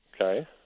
Okay